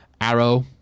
Arrow